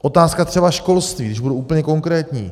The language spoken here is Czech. Otázka třeba školství, když budu úplně konkrétní.